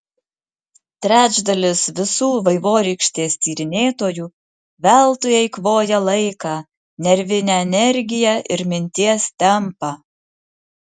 trečdalis visų vaivorykštės tyrinėtojų veltui eikvoja laiką nervinę energiją ir minties tempą